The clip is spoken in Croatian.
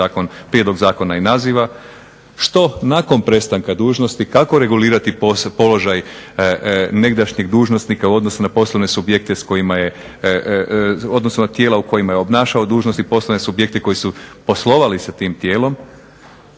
prijedlog zakona i naziva što nakon prestanka dužnosti kako regulirati položaj negdašnjeg dužnosnika u odnosu na poslovne subjekte s kojima je, u odnosu na tijela u kojima je obnašao dužnosti, poslovne subjekte koji su poslovali sa tim tijelom